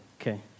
Okay